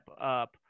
up